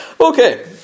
Okay